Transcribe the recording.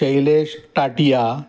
Shailesh Tatia